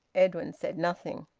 edwin said nothing.